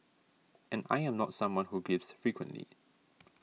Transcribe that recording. and I am not someone who gives frequently